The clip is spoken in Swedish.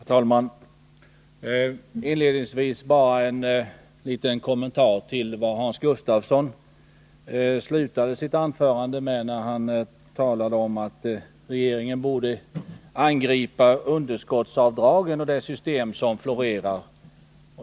Herr talman! Inledningsvis bara en liten kommentar till vad Hans Gustafsson slutade sitt anförande med. Han talade om att regeringen borde angripa underskottsavdragen och det system som florerar.